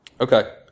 Okay